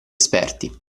esperti